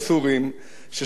ששוחטים האחד את השני,